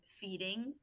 feeding